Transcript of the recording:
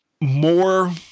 more